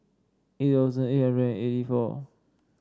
eight thousand eight hundred and eighty four